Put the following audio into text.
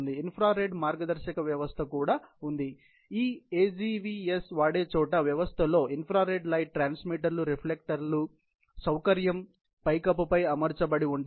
infrared మార్గదర్శక వ్యవస్థ కూడా ఉంది ఈ AGVS వాడే చోట వ్యవస్థలో ఇన్ఫ్రారెడ్ లైట్ ట్రాన్స్మిటర్లు రిఫ్లెక్టర్లు సౌకర్యం పైకప్పుపై అమర్చబడి ఉంటాయి